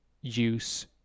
use